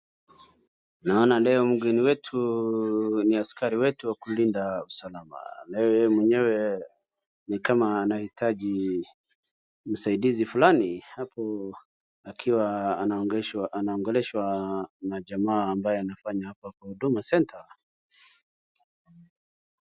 naona leo mgeni wetu ni askari wetu wa kulinda usalama na yeye mwenyewe ni kama anahitaji usaidizi flani hapo akiwa anaongeleshwa na jama anayefanya kwa huduma center